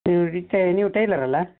ನೀವು ನೀವು ಟೈಲರ್ ಅಲ್ಲಾ